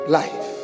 life